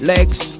Legs